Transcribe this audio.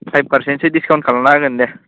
five फारसेन्टसो discount खालामना होगोन दे